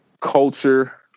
culture